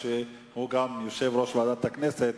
שהוא גם יושב-ראש ועדת הכנסת,